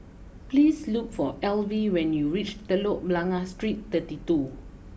please look for Alvie when you reach Telok Blangah Street thirty two